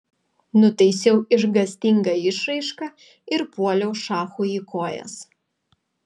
nutaisiau išgąstingą išraišką ir puoliau šachui į kojas